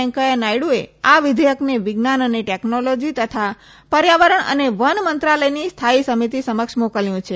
વેંકૈયા નાયડુએ આ વિધેયકન વિજ્ઞાન અને ટેકનોલોજી તથા પર્યાવરણ અને વન મંત્રાલયની સ્થાથી સમિતિ સમક્ષ મોકલાયું છે